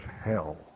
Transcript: hell